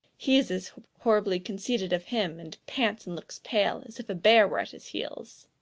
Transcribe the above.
he is as horribly conceited of him and pants and looks pale, as if a bear were at his heels.